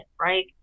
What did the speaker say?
right